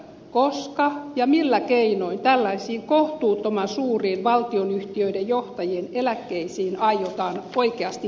koska ja millä keinoin tällaisiin kohtuuttoman suuriin valtionyhtiöiden johtajien eläkkeisiin aiotaan oikeasti puuttua